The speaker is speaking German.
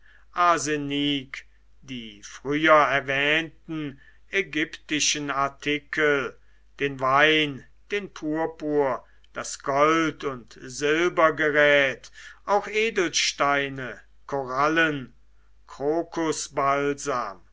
die früher erwähnten ägyptischen artikel den wein den purpur das gold und silbergerät auch edelsteine korallen